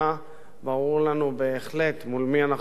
ברור לנו בהחלט מול מי אנחנו מתמודדים.